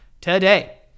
today